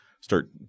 start